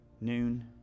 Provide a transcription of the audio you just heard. noon